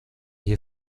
hier